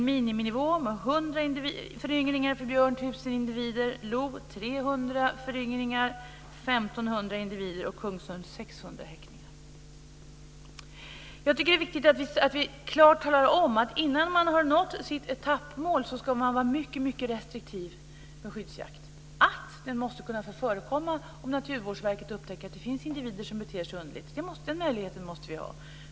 Jag tycker att det är viktigt att vi klart talar om att innan man har nått sitt etappmål ska man vara mycket restriktiv med skyddsjakt. Den måste kunna få förekomma om Naturvårdsverket upptäcker att det finns individer som beter sig underligt - den möjligheten måste vi ha.